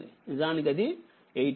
నిజానికి అది8Ω ఉంది